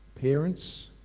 parents